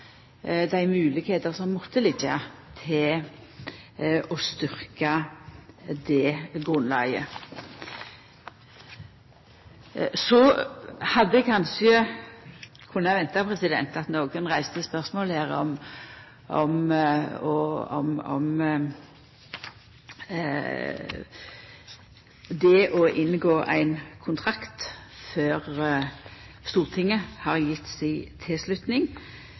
dei moglegheitene som finst for å styrkja det grunnlaget. Så hadde eg kanskje venta at nokon reiste spørsmål ved det å inngå ein kontrakt før Stortinget har gjeve si tilslutning.